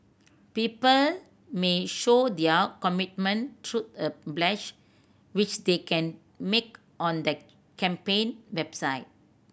people may show their commitment through a pledge which they can make on the campaign website